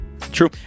True